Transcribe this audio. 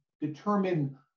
determine